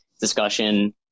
discussion